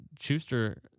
Schuster